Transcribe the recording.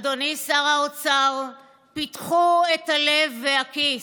אדוני שר האוצר, פתחו את הלב והכיס.